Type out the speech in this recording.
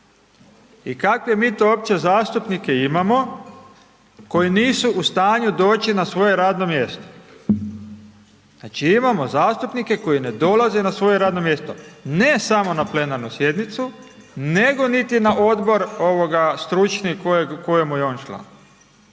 i kakve mi to uopće zastupnike imamo koji nisu u stanju doći na svoje radno mjesto? Znači, imamo zastupnike koji ne dolaze na svoje radno mjesto, ne samo na plenarnu sjednicu, nego niti na odbor stručni kojemu je on član.